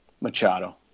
Machado